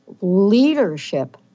leadership